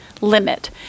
limit